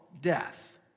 death